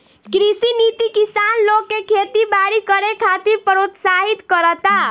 कृषि नीति किसान लोग के खेती बारी करे खातिर प्रोत्साहित करता